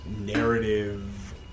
narrative